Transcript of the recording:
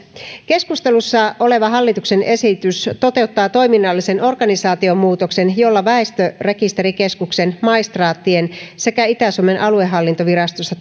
keskustelussa oleva hallituksen esitys toteuttaa toiminnallisen organisaatiomuutoksen jolla väestörekisterikeskuksen maistraattien sekä itä suomen aluehallintovirastossa